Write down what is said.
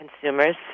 consumers